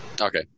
Okay